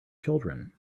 children